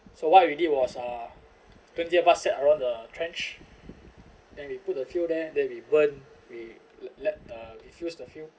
so what we did was uh twenty of us sat around the trench then we put the fuel there then we burn we let the refills the fuel